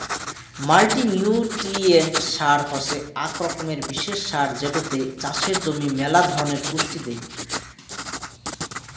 multinutrient সার হসে আক রকমের বিশেষ সার যেটোতে চাষের জমি মেলা ধরণের পুষ্টি দেই